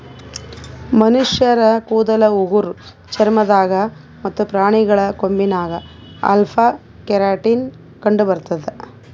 ಮನಶ್ಶರ್ ಕೂದಲ್ ಉಗುರ್ ಚರ್ಮ ದಾಗ್ ಮತ್ತ್ ಪ್ರಾಣಿಗಳ್ ಕೊಂಬಿನಾಗ್ ಅಲ್ಫಾ ಕೆರಾಟಿನ್ ಕಂಡಬರ್ತದ್